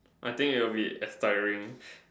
I think it'll be expiring